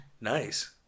Nice